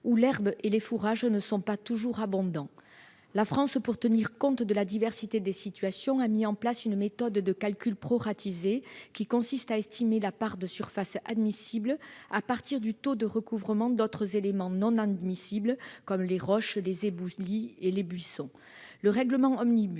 -où l'herbe et les fourrages ne sont pas toujours abondants. La France, pour tenir compte de la diversité des situations, a mis en place une méthode de calcul proratisée, qui consiste à estimer la part de surface admissible à partir du taux de recouvrement d'autres éléments non admissibles, comme les roches, les éboulis et les buissons. Le règlement Omnibus